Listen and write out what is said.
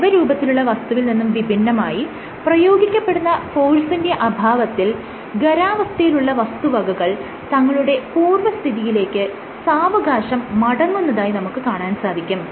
ദ്രവരൂപത്തിലുള്ള വസ്തുവിൽ നിന്നും വിഭിന്നമായി പ്രയോഗിക്കപ്പെടുന്ന ഫോഴ്സിന്റെ അഭാവത്തിൽ ഖരാവസ്ഥയിലുള്ള വസ്തുവകകൾ തങ്ങളുടെ പൂർവ്വസ്ഥിതിയിലേക്ക് സാവകാശം മടങ്ങുന്നതായി നമുക്ക് കാണാൻ സാധിക്കും